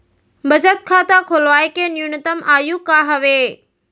बचत खाता खोलवाय के न्यूनतम आयु का हवे?